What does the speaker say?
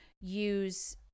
use